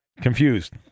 Confused